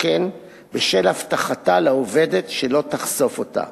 כן בשל הבטחתה לעובדת שלא תחשוף אותה.